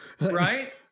Right